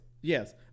Yes